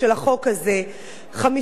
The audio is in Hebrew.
50 רבנים או למעלה מהם,